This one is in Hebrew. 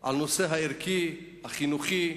על הנושא הערכי, החינוכי,